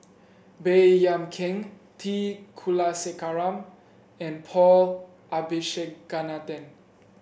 Baey Yam Keng T Kulasekaram and Paul Abisheganaden